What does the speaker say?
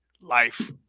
life